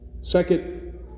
Second